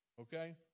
Okay